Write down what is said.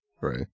Right